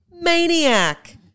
Maniac